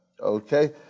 Okay